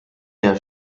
der